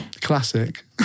Classic